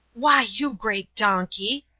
why, you great donkey,